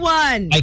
one